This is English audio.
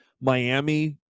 Miami